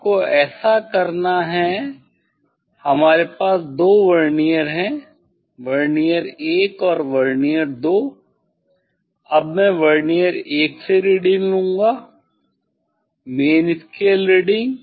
आपको ऐसा करना है हमारे पास 2 वर्नियर हैं वर्नियर 1 और वर्नियर 2 अब मैं वर्नियर 1 से रीडिंग लूंगा मेन स्केल रीडिंग